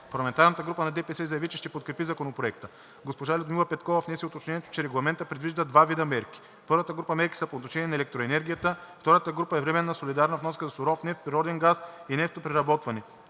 Парламентарната група на ДПС заяви, че ще подкрепи Законопроекта. Госпожа Людмила Петкова внесе уточнението, че Регламентът предвижда два вида мерки. Първата група мерки са по отношение на електроенергията. Втората група е временната солидарна вноска за суров нефт, природен газ и нефтопреработване.